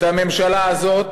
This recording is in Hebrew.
את הממשלה הזאת